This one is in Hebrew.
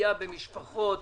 פגיעה במשפחות,